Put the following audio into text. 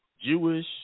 Jewish